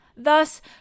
Thus